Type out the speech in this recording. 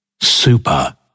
Super